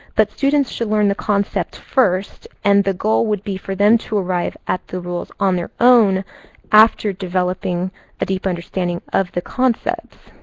but students should learn the concepts first. and the goal would be for them to arrive at the rules on their own after developing a deep understanding of the concepts.